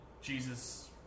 Jesus